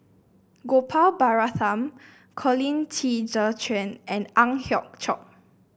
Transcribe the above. Gopal Baratham Colin Qi Zhe Quan and Ang Hiong Chiok